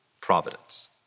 providence